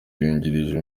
yungirije